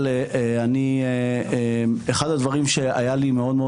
אבל אני אחד הדברים שהיה לי מאוד מאוד